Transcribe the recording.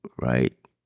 right